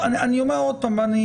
אני אומר עוד פעם,